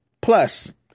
Plus